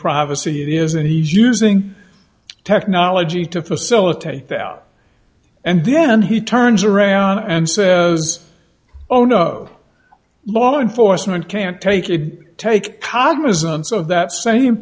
privacy it is and he's using technology to facilitate that out and then he turns around and says oh no law enforcement can't take it take cognizance of that same